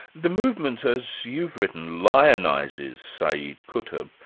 the movement as you've written, lionises sayyid but